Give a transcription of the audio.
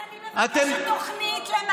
אז אני מבקשת תוכנית למערכת הבריאות.